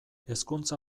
hezkuntza